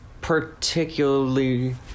Particularly